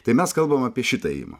tai mes kalbam apie šitą ėjimą